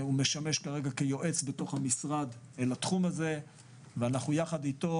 משמש כרגע כיועץ בתוך המשרד לתחום הזה ויחד אתו